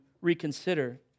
reconsider